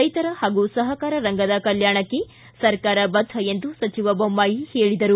ರೈತರ ಹಾಗೂ ಸಹಕಾರ ರಂಗದ ಕಲ್ಟಾಣಕ್ಕೆ ಸರ್ಕಾರ ಬದ್ದ ಎಂದು ಸಚಿವ ಬೊಮ್ಲಾಯಿ ಹೇಳಿದರು